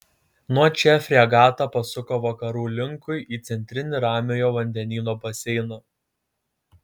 nuo čia fregata pasuko vakarų linkui į centrinį ramiojo vandenyno baseiną